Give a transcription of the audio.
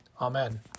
Amen